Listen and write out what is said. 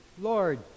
Lord